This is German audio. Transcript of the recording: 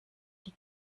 die